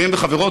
חברים וחברות,